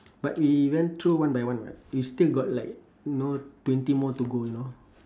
but we went through one by one [what] we still got like know twenty more to go you know